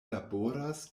laboras